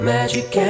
Magic